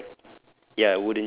ya correct